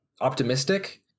optimistic